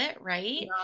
right